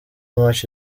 much